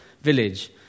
village